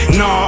no